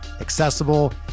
accessible